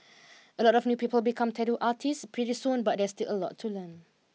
a lot of new people become tattoo artists pretty soon but there's still a lot to learn